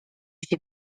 się